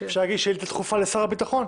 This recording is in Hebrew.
אפשר להגיש שאילתה דחופה לשר הביטחון.